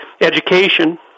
education